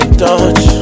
touch